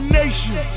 nation